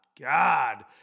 God